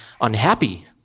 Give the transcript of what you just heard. unhappy